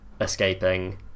escaping